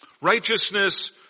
Righteousness